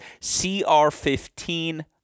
CR15